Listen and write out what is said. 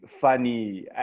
funny